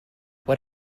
what